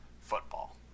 football